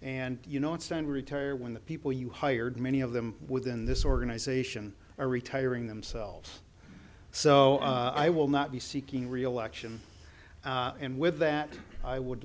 and you know it's done retire when the people you hired many of them within this organization are retiring themselves so i will not be seeking reelection and with that i would